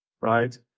right